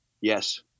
Yes